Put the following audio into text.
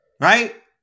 right